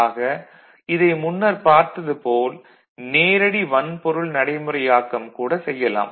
ஆக இதை முன்னர் பார்த்தது போல் நேரடி வன்பொருள் நடைமுறையாக்கம் கூட செய்யலாம்